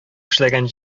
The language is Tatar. эшләгән